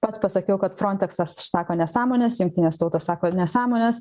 pats pasakiau kad fronteksas sako nesąmones jungtinės tautos sako nesąmones